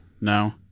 No